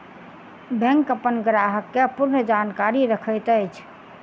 bank अपन ग्राहक के पूर्ण जानकारी रखैत अछि